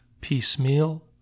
piecemeal